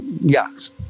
yes